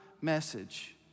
message